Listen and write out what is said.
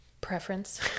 preference